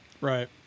Right